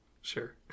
Sure